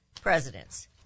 presidents